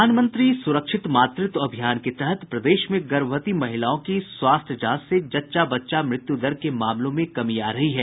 प्रधानमंत्री सुरक्षित मातृत्व अभियान के तहत प्रदेश में गर्भवती महिलाओं की स्वास्थ्य जांच से जच्चा बच्चा मृत्यु दर के मामलों में कमी आ रही है